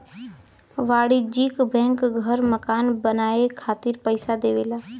वाणिज्यिक बैंक घर मकान बनाये खातिर पइसा देवला